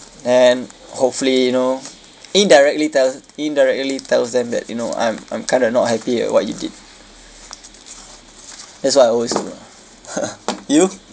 and hopefully you know indirectly tells indirectly tells them that you know I'm I'm kind of not happy with what you did that's what I always do ah you